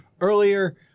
earlier